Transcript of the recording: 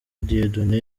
dieudonne